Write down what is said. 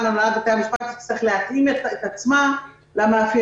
הנהלת בתי המשפט תצטרך להתאים את עצמה למאפיינים